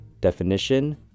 Definition